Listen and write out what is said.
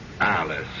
Alice